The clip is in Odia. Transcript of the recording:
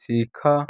ଶିଖ